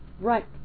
right